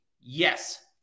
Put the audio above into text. Yes